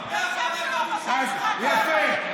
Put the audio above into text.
גם פה אתה הולך, יפה.